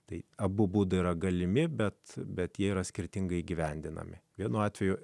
tai abu būdai yra galimi bet bet jie yra skirtingai įgyvendinami vienu atveju